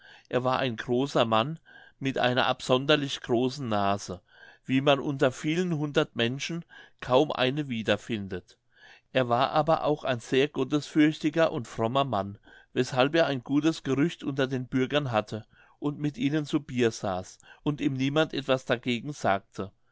er war ein großer mann mit einer absonderlich großen nase wie man unter vielen hundert menschen kaum eine wiederfindet er war aber auch ein sehr gottesfürchtiger und frommer mann weshalb er ein gutes gerücht unter den bürgern hatte und mit ihnen zu bier saß und ihm niemand etwas dagegen sagte